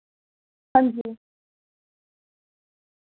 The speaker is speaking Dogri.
हांजी